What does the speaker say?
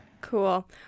cool